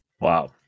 Wow